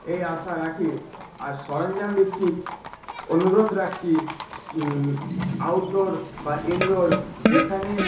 এই আশা রাখি আর সরঞ্জামভিত্তিক অনুরোধ রাখছি আউটডোর বা ইনডোর যেখানে